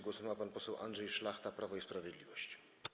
Głos ma pan poseł Andrzej Szlachta, Prawo i Sprawiedliwość.